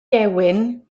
gewyn